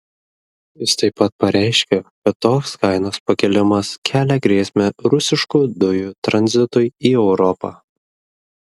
jis taip pat pareiškė kad toks kainos pakėlimas kelia grėsmę rusiškų dujų tranzitui į europą